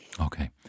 Okay